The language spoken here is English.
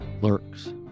lurks